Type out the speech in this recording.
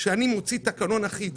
שאני מוציא תקנון אחיד,